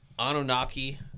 Anunnaki